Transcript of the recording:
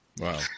Wow